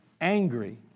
angry